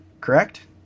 correct